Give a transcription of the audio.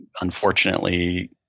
unfortunately